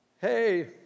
hey